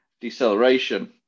deceleration